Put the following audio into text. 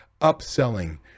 upselling